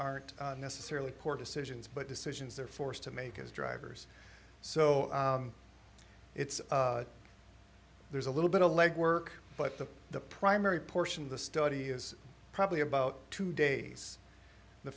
aren't necessarily poor decisions but decisions they're forced to make as drivers so it's there's a little bit of legwork but the the primary portion of the study is probably about two days the